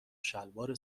شلوار